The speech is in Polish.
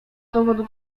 powodu